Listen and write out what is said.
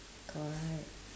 correct